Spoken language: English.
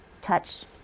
touch